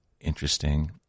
interesting